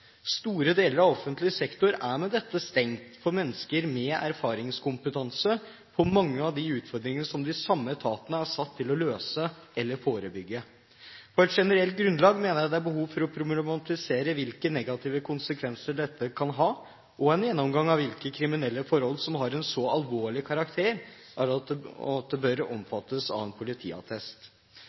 Store deler av offentlig sektor er med dette stengt for mennesker med erfaringskompetanse på mange av de utfordringene som de samme etatene er satt til å løse eller forebygge. På generelt grunnlag mener jeg det er behov for å problematisere hvilke negative konsekvenser dette kan ha, og man bør ta en gjennomgang av hvilke kriminelle forhold som er av en så alvorlig karakter at de bør omfattes av en politiattest.